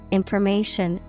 information